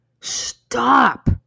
Stop